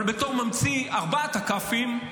אבל בתור ממציא ארבעת הכ"פים,